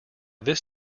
this